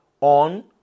on